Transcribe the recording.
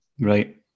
Right